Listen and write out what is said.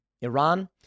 Iran